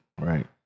right